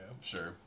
Sure